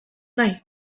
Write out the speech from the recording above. nahi